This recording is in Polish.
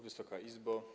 Wysoka Izbo!